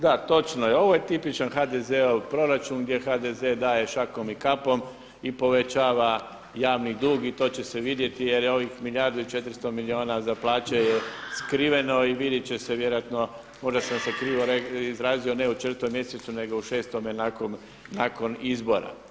Da točno je, ovo je tipičan HDZ-ov proračun gdje HDZ daje šakom i kapom i povećava javni dug i to će se vidjeti jer je ovih 1 milijardi i 400 milijuna za plaće je skriveno i vidjet će se vjerojatno, možda sam krivo izrazio ne u 4 mjesecu nego u 6 nakon izbora.